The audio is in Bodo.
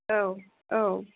औ औ